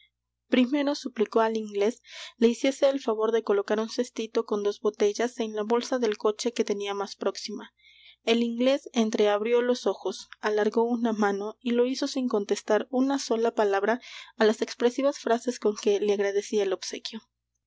primero suplicó al inglés le hiciese el favor de colocar un cestito con dos botellas en la bolsa del coche que tenía más próxima el inglés entreabrió los ojos alargó una mano y lo hizo sin contestar una sola palabra á las expresivas frases con que le agradeciera el obsequio